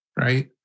right